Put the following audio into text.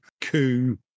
coup